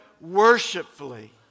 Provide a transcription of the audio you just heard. worshipfully